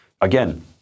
Again